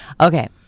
Okay